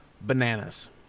bananas